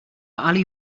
alley